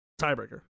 tiebreaker